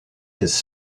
his